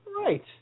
Right